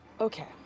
Okay